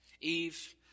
Eve